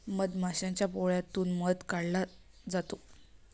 मधमाशाच्या पोळ्यातून मध काढला जातो